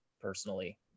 personally